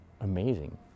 amazing